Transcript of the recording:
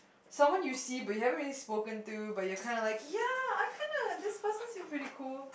someone you see but you haven't really spoken to but you're kinda like ya I kind of this person seems pretty cool